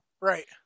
Right